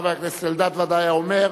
חבר הכנסת אלדד ודאי היה אומר: